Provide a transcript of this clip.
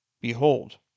Behold